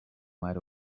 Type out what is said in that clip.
might